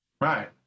Right